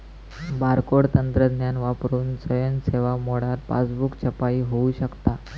barcode तंत्रज्ञान वापरून स्वयं सेवा मोडात पासबुक छपाई होऊ शकता